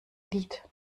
lied